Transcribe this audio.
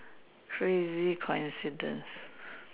crazy coincidence